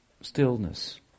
stillness